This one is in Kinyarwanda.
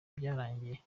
byarangiye